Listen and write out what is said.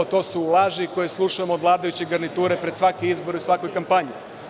To su laži koje slušamo od vladajuće garniture pred svake izbore u svakoj kampanji.